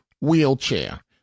wheelchair